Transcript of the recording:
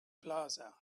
plaza